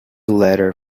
letter